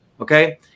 Okay